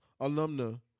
alumna